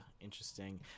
interesting